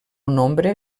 nombre